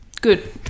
Good